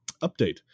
Update